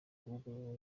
kuvugurura